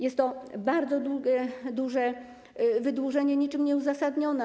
Jest to bardzo duże wydłużenie, niczym nieuzasadnione.